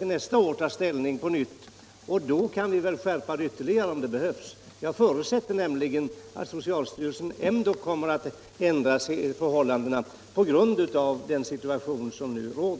nästa år ta ställning på nytt, och då kan vi skärpa skrivningen ytterligare om det behövs. Och jag förutsätter att socialstyrelsen kommer att ändra inställning på grund av den situation som nu råder.